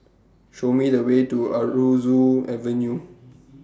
Show Me The Way to Aroozoo Avenue